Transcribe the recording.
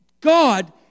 God